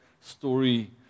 story